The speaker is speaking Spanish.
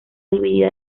dividida